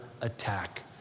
attack